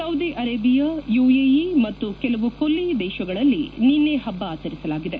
Saudi Arabia UAE ಮತ್ತು ಕೆಲವು ಕೊಲ್ಲಿ ದೇಶಗಳಲ್ಲಿ ನಿನ್ನೆ ಪಬ್ಲ ಆಚರಿಸಲಾಗಿದೆ